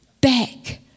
back